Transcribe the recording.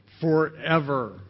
forever